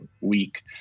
week